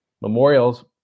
Memorials